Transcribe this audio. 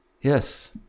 Yes